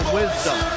wisdom